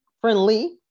friendly